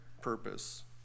purpose